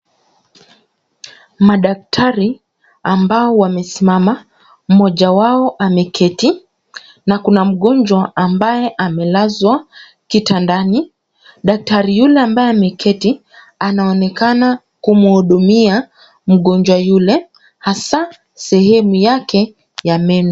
Madaktari ambao wamesimama, mmoja wao ameketi, na kuna mgonjwa ambaye amelazwa kitandani. Daktari yule ambaye ameketi, anaonekana kumhudumia mgonjwa yule hasa sehemu yake ya meno.